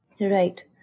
Right